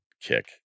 kick